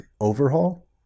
overhaul